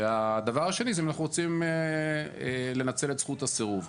הדבר השני זה אם אנחנו רוצים לנצל את זכות הסירוב.